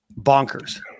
bonkers